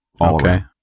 Okay